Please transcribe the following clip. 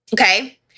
Okay